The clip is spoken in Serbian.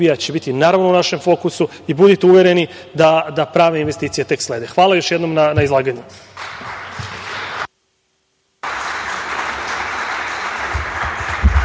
će biti u našem fokusu i budite uvereni da prave investicije tek slede. Hvala još jednom na izlaganju.